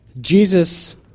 Jesus